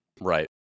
Right